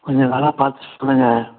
கொஞ்சம் வில பார்த்து சொல்லுங்கள்